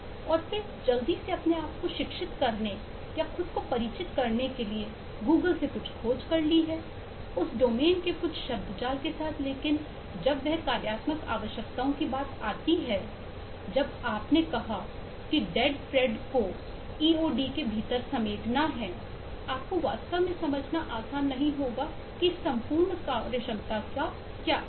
और फिर जल्दी से अपने आप को शिक्षित करने या खुद को परिचित करने के लिए Google से कुछ खोज की है उस डोमेन के कुछ शब्दजाल के साथ लेकिन जब यह कार्यात्मक आवश्यकताओं की बात आती है जब आप ने कहा कि डेड फ्रेंड के भीतर समेटना होगा आपको वास्तव में समझना आसान नहीं होगा की इस संपूर्ण कार्यक्षमता का क्या अर्थ है